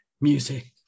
music